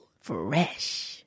Fresh